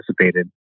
anticipated